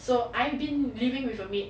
so I've been living with a maid